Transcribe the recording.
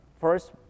First